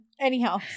anyhow